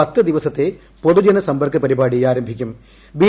പത്ത് ദിവസത്തെ പൊതുജന സമ്പർക്ക പരിപാടി ദില്ലിയിൽ ബി